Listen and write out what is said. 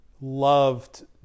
loved